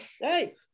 Hey